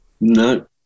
No